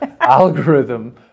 algorithm